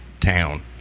town